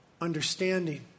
understanding